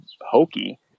hokey